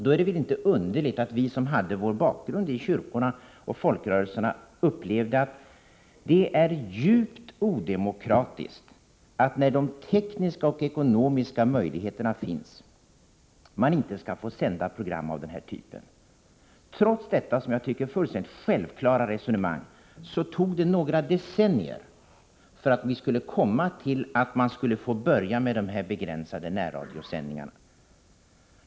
Då var det väl inte underligt att vi som hade vår bakgrund i kyrkorna och folkrörelserna upplevde att det är djupt odemokratiskt, att man när de tekniska och ekonomiska möjligheterna finns inte skall få sända program av den här typen. Trots detta som jag tycker fullständigt självklara resonemang tog det några decennier att uppnå att vi skulle få börja med begränsade närradiosändningar.